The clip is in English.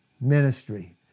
ministry